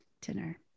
dinner